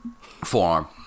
forearm